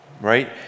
right